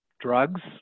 drugs